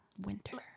winter